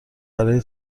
برای